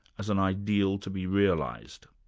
as an ideal to be realised.